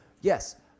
Yes